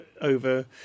over